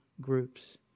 groups